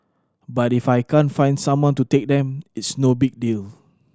but if I can't find someone to take them it's no big deal